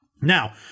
Now